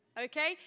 okay